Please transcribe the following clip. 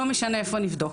לא משנה איפה נבדוק.